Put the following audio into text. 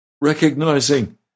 recognizing